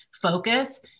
focus